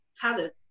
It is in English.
talent